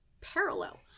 parallel